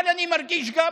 אבל אני מרגיש גם